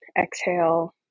exhale